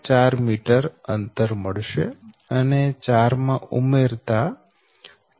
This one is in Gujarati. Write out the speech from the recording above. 4 મીટર અંતર મળશે અને 4 માં ઉમેરતા 4